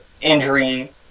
injury